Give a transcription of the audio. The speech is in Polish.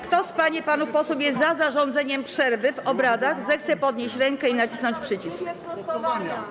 Kto z pań i panów posłów jest za zarządzeniem przerwy w obradach, zechce podnieść rękę i nacisnąć przycisk.